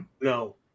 No